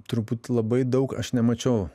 turbūt labai daug aš nemačiau